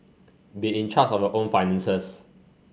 be in charge of a own finances